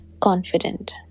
confident